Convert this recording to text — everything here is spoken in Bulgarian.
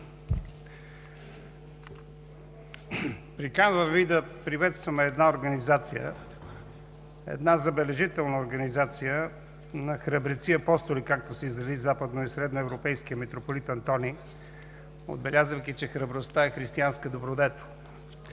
Приканвам Ви да приветстваме една организация, една забележителна организация на „храбреци апостоли“, както се изрази западно и средноевропейският митрополит Антоний, отбелязвайки, че храбростта е християнска добродетел